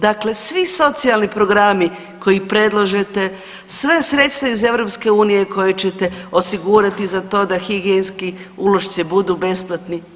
Dakle, svi socijalni programi koje predlažete, sva sredstva iz EU koja ćete osigurati za to da higijenski ulošci budu besplatni.